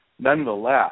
Nonetheless